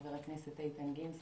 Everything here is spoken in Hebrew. חבר הכנסת איתן גינזבורג,